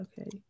okay